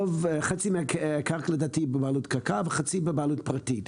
חצי מן הקרקע לדעתי בבעלות קק"ל וחצי בבעלות פרטית.